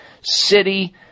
City